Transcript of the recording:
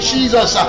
Jesus